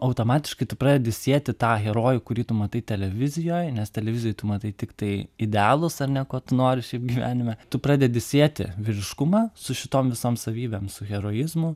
automatiškai tu pradedi sieti tą herojų kurį tu matai televizijoje nes televizijoje tu matai tiktai idealus ar ne ko tu nori šiaip gyvenime tu pradedi sieti vyriškumą su šitom visom savybėm su heroizmu